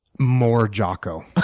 more jocko.